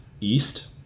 East